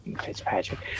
Fitzpatrick